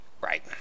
Right